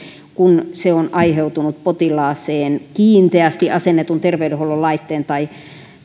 kun se on aiheutunut potilaaseen kiinteästi asennetun terveydenhuollon laitteen tai